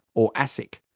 or asic.